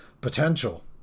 potential